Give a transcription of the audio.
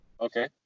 Okay